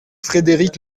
frédéric